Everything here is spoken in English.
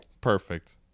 Perfect